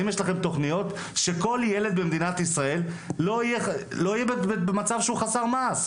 האם יש לכם תוכניות שכל ילד במדינת ישראל לא יהיה במצב שהוא חסר מעש,